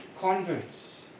converts